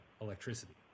electricity